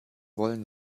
wollen